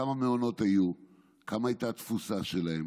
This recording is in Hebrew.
כמה מעונות היו, מה הייתה התפוסה שלהם